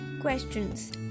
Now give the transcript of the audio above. Questions